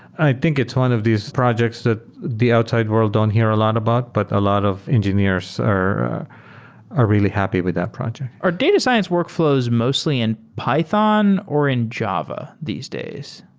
i think it's one of these projects that the outside world don't hear a lot about, but a lot of engineers are really happy with that project. are data science workfl ows mostly in python or in java these days?